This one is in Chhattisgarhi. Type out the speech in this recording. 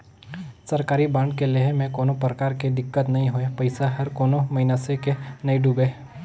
सरकारी बांड के लेहे में कोनो परकार के दिक्कत नई होए पइसा हर कोनो मइनसे के नइ डुबे